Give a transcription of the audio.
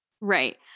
Right